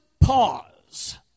pause